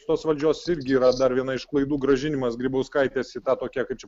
tos valdžios irgi yra dar viena iš klaidų grąžinimas grybauskaitės į tą tokia kaip čia